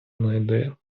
найде